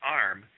arm